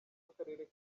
akarere